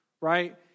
right